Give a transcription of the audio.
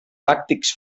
làctics